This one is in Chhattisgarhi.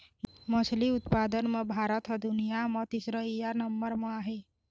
मछरी उत्पादन म भारत ह दुनिया म तीसरइया नंबर म आहे